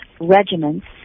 regiments